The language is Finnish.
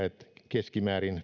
keskimäärin